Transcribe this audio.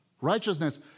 righteousness